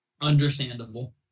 Understandable